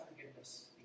forgiveness